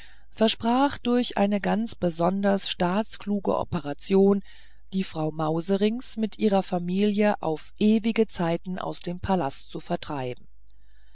versprach durch eine ganz besonders staatskluge operation die frau mauserinks mit ihrer familie auf ewige zeiten aus dem palast zu vertreiben